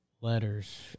Letters